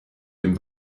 dem